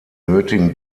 nötigen